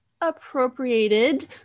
appropriated